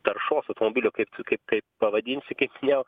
taršos automibilių kaip kaip kaip pavadinsi kaip minėjau